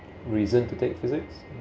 reason to take physics